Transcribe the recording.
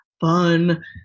fun